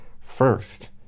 first